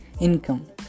income